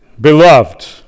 Beloved